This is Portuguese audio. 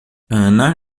ana